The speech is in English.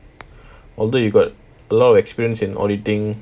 although you got a lot of experience in auditing